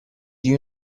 you